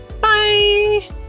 Bye